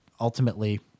ultimately